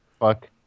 fuck